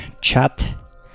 chat